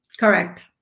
Correct